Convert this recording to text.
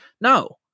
no